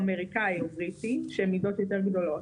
אמריקאי, ששם המידות יותר גדולות,